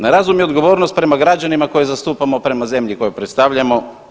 Na razum i odgovornost prema građanima koje zastupamo i prema zemlji koju predstavljamo.